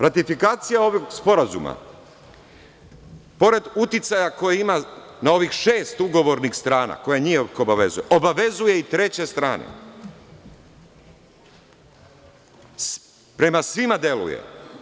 Ratifikacija ovog Sporazuma, pored uticaja koji ima na ovih šest ugovornih strana koje njih obavezuje, obavezuje i treće strane, prema svima deluje.